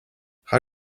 how